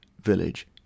village